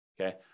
Okay